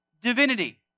divinity